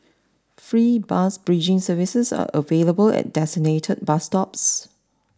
free bus bridging services are available at designated bus stops